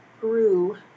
grew